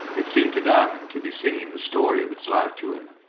it seemed to diamond to be singing the story of its life to him.